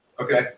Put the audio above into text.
Okay